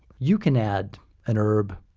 you can add an herb,